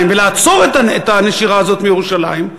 ולעצור את הנשירה הזאת מירושלים.